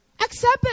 Accept